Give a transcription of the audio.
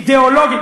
אידיאולוגית,